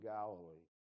Galilee